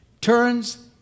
turns